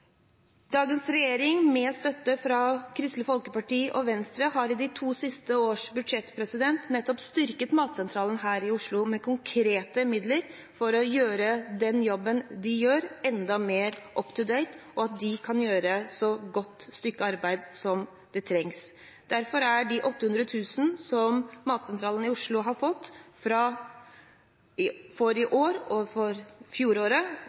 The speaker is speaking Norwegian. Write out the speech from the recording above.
Dagens regjering med støtte fra Kristelig Folkeparti og Venstre har i de to siste års budsjett styrket Matsentralen her i Oslo med konkrete midler for å gjøre den jobben de gjør, enda mer «up to date», slik at de kan gjøre et så godt stykke arbeid som det trengs. Derfor er de 800 000 kr som Matsentralen i Oslo har fått for i år og for fjoråret,